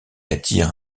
attire